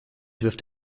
wirft